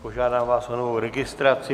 Požádám vás o novou registraci.